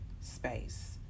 space